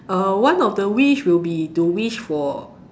one of the wish will be to wish for